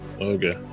okay